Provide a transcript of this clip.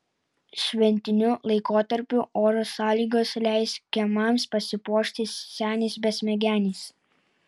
šventiniu laikotarpiu oro sąlygos leis kiemams pasipuošti seniais besmegeniais